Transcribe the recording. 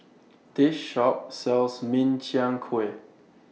This Shop sells Min Chiang Kueh